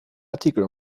artikel